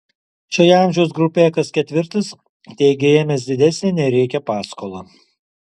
šioje amžiaus grupėje kas ketvirtas teigia ėmęs didesnę nei reikia paskolą